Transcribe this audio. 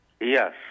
Yes